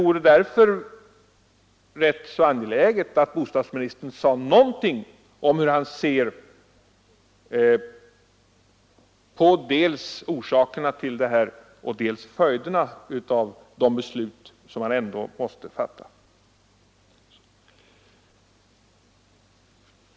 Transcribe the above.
Jag tycker därför att det är rätt angeläget att bostadsministern säger någonting om hur han ser på dels orsakerna till de uppkomna förhållandena, dels följderna av de beslut som han måste fatta.